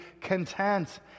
content